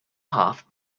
half